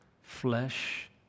Flesh